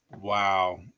Wow